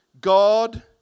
God